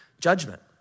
judgment